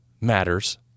matters